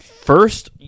First